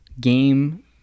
game